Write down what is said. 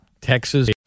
Texas